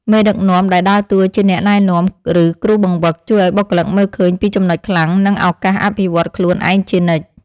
មេដឹកនាំដែលដើរតួជាអ្នកណែនាំឬគ្រូបង្វឹក ជួយឱ្យបុគ្គលិកមើលឃើញពីចំណុចខ្លាំងនិងឱកាសអភិវឌ្ឍន៍ខ្លួនឯងជានិច្ច។